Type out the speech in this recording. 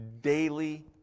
daily